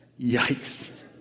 yikes